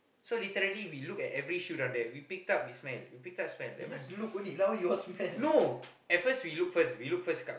so literally we look at every shoe around there we picked up we smell we picked up smell no at first we look first we look first